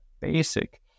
basic